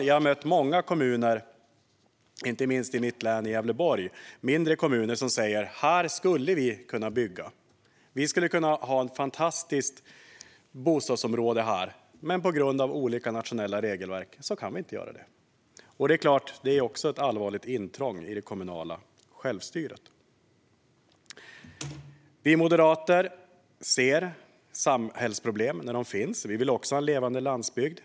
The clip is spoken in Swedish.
Jag har mött representanter för många mindre kommuner, inte minst i mitt hemlän Gävleborg, som säger: Här skulle vi kunna bygga ett fantastiskt bostadsområde, men på grund av olika nationella regelverk kan vi inte göra det. Detta är även ett allvarligt intrång i det kommunala självstyret. Vi moderater ser de samhällsproblem som finns. Vi vill också ha en levande landsbygd.